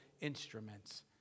instruments